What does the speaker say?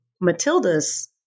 Matilda's